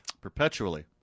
Perpetually